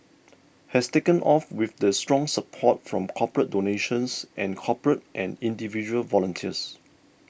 has taken off with the strong support from corporate donations and corporate and individual volunteers